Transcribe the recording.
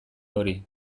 hori